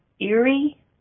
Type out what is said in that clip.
eerie